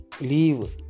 leave